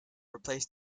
replace